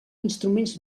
instruments